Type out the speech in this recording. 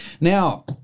Now